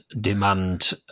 demand